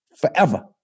forever